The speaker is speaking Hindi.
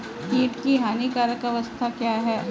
कीट की हानिकारक अवस्था क्या है?